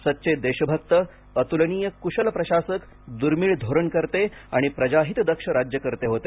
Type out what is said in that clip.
सच्चे देशभक्त अतुलनीय कुशल प्रशासक दुर्मिळ धोरणकर्ते आणि प्रजाहितदक्ष राज्यकर्ते होते